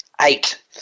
Eight